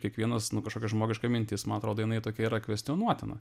kiekvienas nu kažkokia žmogiška mintis man atrodo jinai tokia yra kvestionuotina